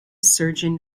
surgeon